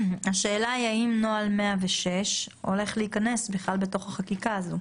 האם נוהל 106 הולך להיכנס בכלל בתוך החקיקה הזאת?